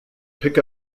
pick